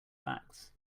facts